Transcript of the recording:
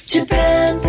Japan